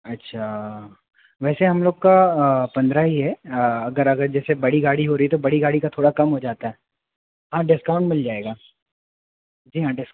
अच्छा वैसे हम लोग का पंद्रह ही है अगर अगर जैसे बड़ी गाड़ी हो रही तो बड़ी गाड़ी का थोड़ा कम हो जाता हाँ डिस्काउंट मिल जाएगा जी हाँ